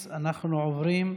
תודה,